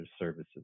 services